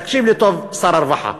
תקשיב לי טוב, שר הרווחה.